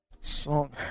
song